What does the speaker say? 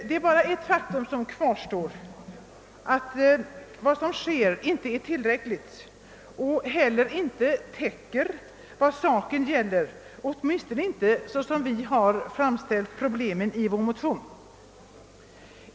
Det är bara ett faktum som kvarstår, nämligen att vad som sker inte är tillräckligt och inte heller täcker vad saken gäller — åtminstone inte som vi framställer problemen i vår motion.